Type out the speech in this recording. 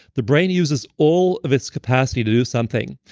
the brain uses all of its capacity to do something.